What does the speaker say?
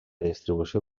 distribució